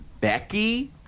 Becky